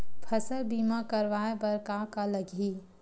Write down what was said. फसल बीमा करवाय बर का का लगही?